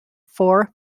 four